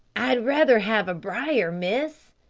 i'd rather have a briar, miss,